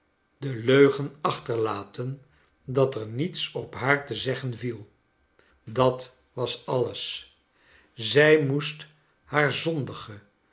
den leugen achterlaten dat er niets op haar te zeggen viel dat was alles zij moest haar zondige